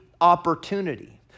opportunity